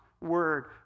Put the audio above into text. Word